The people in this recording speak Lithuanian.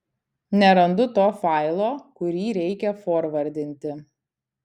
nerandu to failo kurį reikia forvardinti